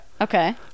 Okay